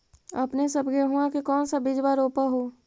अपने सब गेहुमा के कौन सा बिजबा रोप हू?